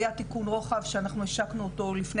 היה תיקון רוחב שאנחנו השקנו אותו לפני